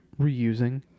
reusing